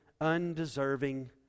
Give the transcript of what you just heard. undeserving